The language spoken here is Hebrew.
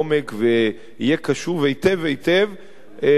ויהיה קשוב היטב היטב לכל,